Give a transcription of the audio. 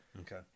Okay